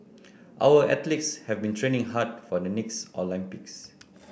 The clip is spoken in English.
our athletes have been training hard for the next Olympics